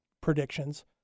predictions